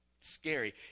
scary